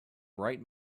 bright